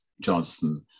Johnson